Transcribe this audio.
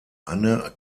anne